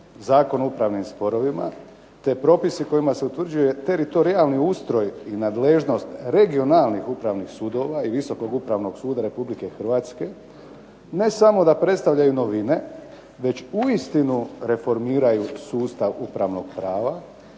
Zakon o upravnim sporovima, te propisi kojima se utvrđuje teritorijalni ustroj i nadležnost regionalnih upravnih sudova i Visokog upravnog suda Republike Hrvatske ne samo da predstavljaju novine već uistinu reformiraju sustav upravnog prava